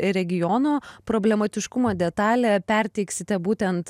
regiono problematiškumo detalę perteiksite būtent